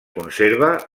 conserva